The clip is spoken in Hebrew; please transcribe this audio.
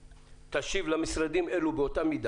תשיב למשרדים אלו באותה מידה.